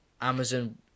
Amazon